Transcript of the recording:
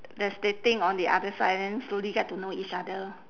there's dating on the other side and then slowly get to know each other